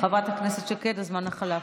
חברת הכנסת שקד, הזמן חלף.